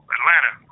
Atlanta